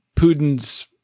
Putin's